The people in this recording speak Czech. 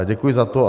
Děkuji za to.